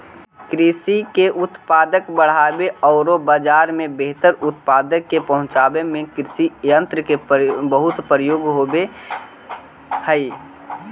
कृषि के उत्पादक बढ़ावे औउर बाजार में बेहतर उत्पाद के पहुँचावे में कृषियन्त्र के बहुत उपयोग होवऽ हई